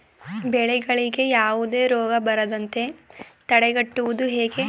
ಬೆಳೆಗಳಿಗೆ ಯಾವುದೇ ರೋಗ ಬರದಂತೆ ತಡೆಗಟ್ಟುವುದು ಹೇಗೆ?